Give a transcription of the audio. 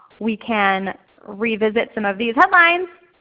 we can revisit some of these headlines.